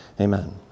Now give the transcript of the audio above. Amen